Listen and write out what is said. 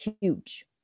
huge